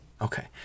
okay